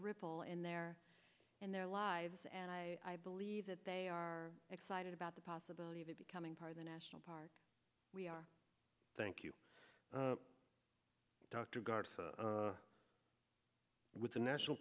ripple in their and their lives and i believe that they are excited about the possibility of it becoming part of the national park we are thank you dr guards were all with the national